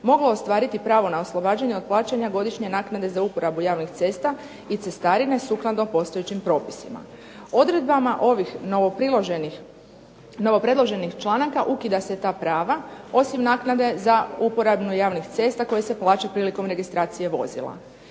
moglo ostvariti pravo na oslobađanje od plaćanja godišnje naknade za uporabu javnih cesta i cestarine sukladno postojećim propisima. Odredbama ovih novopredloženih članaka, ukida se ta prava osim naknade za uporabu javnih cesta koji se plaćaju prilikom registracije vozila.